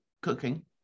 cooking